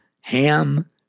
ham